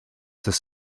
this